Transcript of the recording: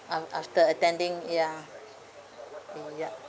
uh after attending ya yup